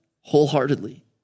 wholeheartedly